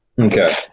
Okay